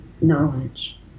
knowledge